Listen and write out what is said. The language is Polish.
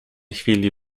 chwili